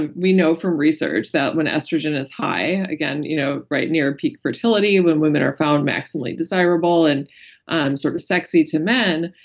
and we know from research that when estrogen is high, again you know right near peak fertility when women are found maximally desirable and um sort of sexy to men,